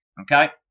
okay